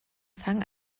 fang